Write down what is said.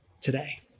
today